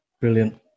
Brilliant